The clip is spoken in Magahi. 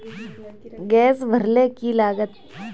गैस भरले की लागत?